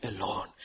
alone